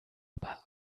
aber